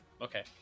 Okay